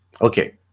Okay